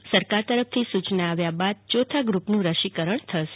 અને સરકાર તરફથી સુચના આવ્યા બાદ ચોથા તબક્કાનું રસીકરણ થશે